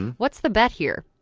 what's the bet here?